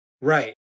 Right